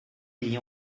pays